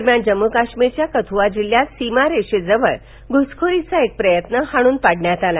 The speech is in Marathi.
दरम्यान जम्मू काश्मीरच्या कथुआ जिल्ह्यात सीमारेषेजवळ घूसखोरीचा प्रयत्न हाणून पाडला